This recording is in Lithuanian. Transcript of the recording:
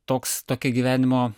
toks tokia gyvenimo